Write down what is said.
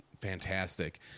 fantastic